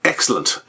Excellent